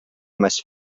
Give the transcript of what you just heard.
més